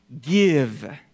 Give